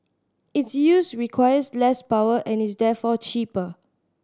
its use requires less power and is therefore cheaper